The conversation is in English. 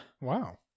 Wow